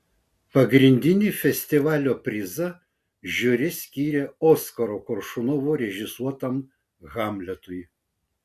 pagrindinį festivalio prizą žiuri skyrė oskaro koršunovo režisuotam hamletui